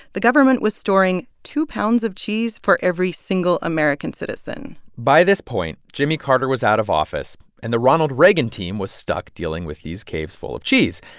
the government was storing two pounds of cheese for every single american citizen by this point, jimmy carter was out of office. and the ronald reagan team was stuck dealing with these caves full of cheese.